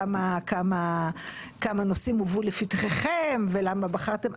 כמה נושאים הובאו לפתחיכם ולמה בחרתם.